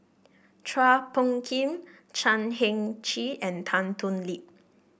Chua Phung Kim Chan Heng Chee and Tan Thoon Lip